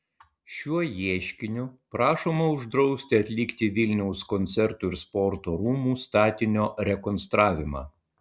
šiuo ieškiniu prašoma uždrausti atlikti vilniaus koncertų ir sporto rūmų statinio rekonstravimą